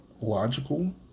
logical